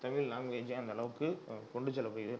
தமிழ் லாங்குவேஜை அந்த அளவுக்கு கொண்டு செல்லப்படுகிறது